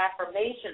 affirmations